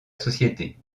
société